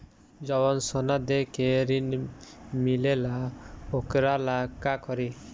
जवन सोना दे के ऋण मिलेला वोकरा ला का करी?